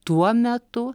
tuo metu